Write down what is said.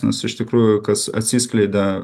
nes iš tikrųjų kas atsiskleidė